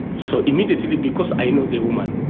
so immediately, because i know the woman,